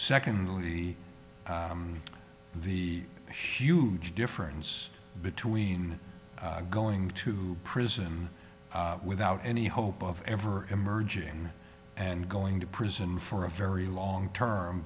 secondly the huge difference between going to prison without any hope of ever emerging and going to prison for a very long term